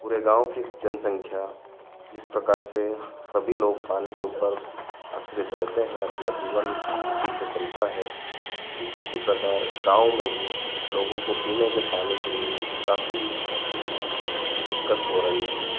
पूरे गाँव की जनसंख्या जिस प्रकार सभी लोग पानी के ऊपर आश्रित रहते हैं अपना जीवन उसी से चलता है ठीक उसी प्रकार गाँव में भी लोगों को पीने के पानी के लिए काफ़ी दिक्कत हो रही थी